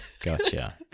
Gotcha